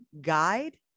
guide